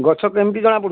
ଗଛ କେମିତି ଜଣାପଡ଼ୁଛି